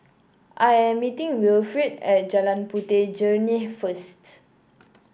I am meeting Wilfrid at Jalan Puteh Jerneh first